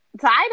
title